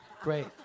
Great